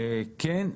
כן.